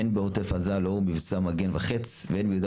הן בעוטף עזה לאור מבצע "מגן וחץ" והם ביהודה